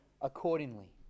accordingly